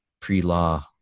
pre-law